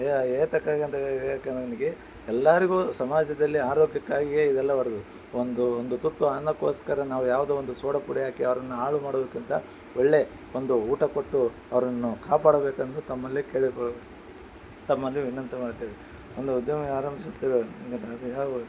ಏತಕ್ಕಾಗಿ ಅಂದರೆ ನನಗೆ ಎಲ್ಲರಿಗೂ ಸಮಾಜದಲ್ಲಿ ಆರೋಗ್ಯಕ್ಕಾಗಿ ಇದೆಲ್ಲ ಮಾಡೋದು ಒಂದು ಒಂದು ತುತ್ತು ಅನ್ನಕ್ಕೋಸ್ಕರ ನಾವು ಯಾವುದೋ ಒಂದು ಸೋಡಾ ಪುಡಿ ಹಾಕಿ ಅವರನ್ನು ಹಾಳು ಮಾಡೋದಕ್ಕಿಂತ ಒಳ್ಳೇ ಒಂದು ಊಟ ಕೊಟ್ಟು ಅವರನ್ನು ಕಾಪಾಡಬೇಕೆಂದು ತಮ್ಮಲ್ಲಿ ಕೇಳಿಕೊಳ್ಳು ತಮ್ಮಲ್ಲಿ ವಿನಂತಿ ಮಾಡ್ತೀನಿ ಒಂದು ಉದ್ಯಮ ಆರಂಭಿಸುತ್ತೇವೆ